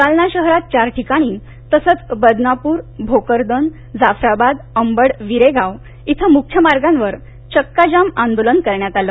जालना शहरात चार ठिकाणी तसंच बदनापूरभोकरदन जाफराबाद अंबड विरेगाव इथं मुख्य मार्गांवर चक्काजाम आंदोलन करण्यात आलं